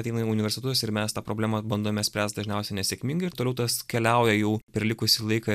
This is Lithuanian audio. ateina į universitetus ir mes tą problemą bandome spręst dažniausiai nesėkmingai ir toliau tas keliauja jau per likusį laiką